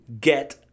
get